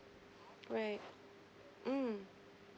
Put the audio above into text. right mm